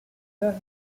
birth